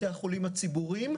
בתי החולים הציבוריים,